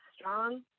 strong